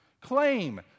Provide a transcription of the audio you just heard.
Claim